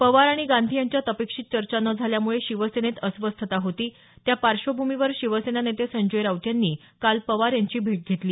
पवार आणि गांधी यांच्यात अपेक्षित चर्चा न झाल्यामुळे शिवसेनेत अस्वस्थता होती त्या पार्श्वभूमीवर शिवसेना नेते संजय राऊत यांनी काल पवार यांची भेट घेतली